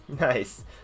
Nice